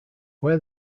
where